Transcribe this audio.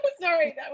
sorry